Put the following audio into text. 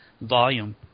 volume